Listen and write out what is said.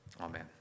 Amen